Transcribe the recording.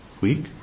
week